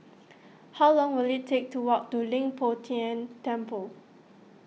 how long will it take to walk to Leng Poh Tian Temple